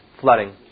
flooding